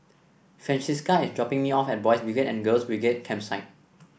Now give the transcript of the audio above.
Francisca is dropping me off at Boys' Brigade and Girls' Brigade Campsite